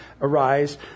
arise